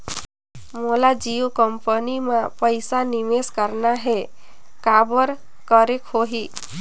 मोला जियो कंपनी मां पइसा निवेश करना हे, काबर करेके होही?